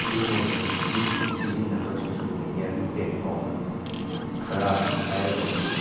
ꯑꯩꯅ ꯅꯨꯃꯤꯠ ꯈꯨꯗꯤꯡꯒꯤ ꯁꯤꯖꯤꯟꯅꯕ ꯁꯣꯁꯦꯜ ꯃꯦꯗꯤꯌꯥꯒꯤ ꯄ꯭ꯂꯦꯠꯐ꯭ꯣꯔꯝ ꯈꯔ ꯍꯥꯏꯔꯒꯗꯤ